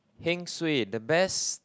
heng suay the best